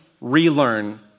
relearn